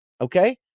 Okay